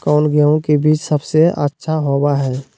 कौन गेंहू के बीज सबेसे अच्छा होबो हाय?